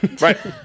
Right